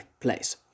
place